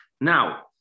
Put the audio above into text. Now